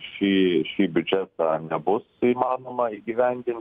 šį šį biudžetą nebus įmanoma įgyvendint